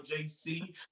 JC